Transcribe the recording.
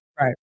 Right